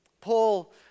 Paul